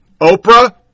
Oprah